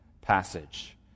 passage